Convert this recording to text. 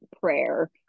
prayer